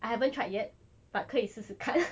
I haven't tried yet but 可以试试看